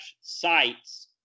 sites